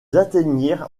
atteignirent